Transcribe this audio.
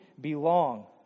belong